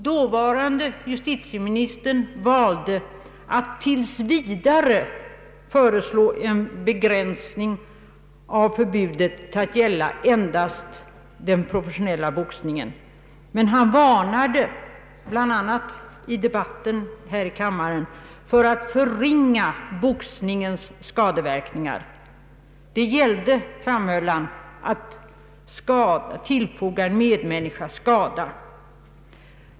Dåvarande justitieministern valde att tills vidare föreslå en begränsning av förbudet att gälla endast den professionella boxningen, men han varnade bl.a. i debatten här i kammaren för att förringa boxningens skadeverkningar. Det gällde, framhöll han, att tillfoga en medmänniska skada.